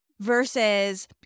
versus